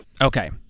Okay